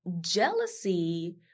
jealousy